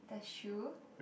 the shoe